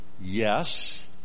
Yes